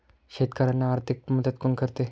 शेतकऱ्यांना आर्थिक मदत कोण करते?